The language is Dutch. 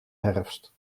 herfst